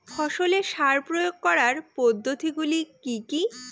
ফসলে সার প্রয়োগ করার পদ্ধতি গুলি কি কী?